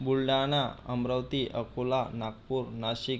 Buldhana Amravati Akola Nagpur Nashik